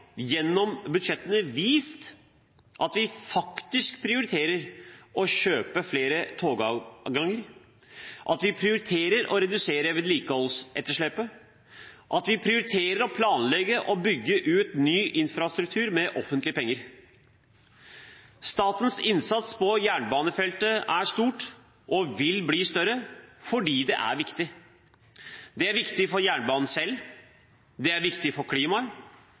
gjennom budsjettene vist at vi faktisk prioriterer å kjøpe flere togavganger, at vi prioriterer å redusere vedlikeholdsetterslepet, at vi prioriterer å planlegge å bygge ut ny infrastruktur med offentlige penger. Statens innsats på jernbanefeltet er stort, og vil bli større, fordi det er viktig. Det er viktig for jernbanen selv. Det er viktig for klimaet.